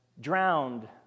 drowned